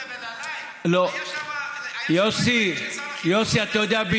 אתה אומר את זה עליי, יוסי, אתה יודע בדיוק.